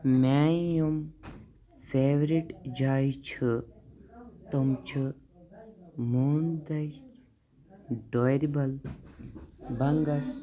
مےٚ یِم فیورِٹ جایہِ چھِ تِم چھِ ڈورِبَل بَنٛگَس